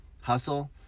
hustle